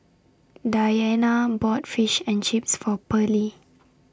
Deanna bought Fish and Chips For Perley